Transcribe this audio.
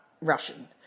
Russian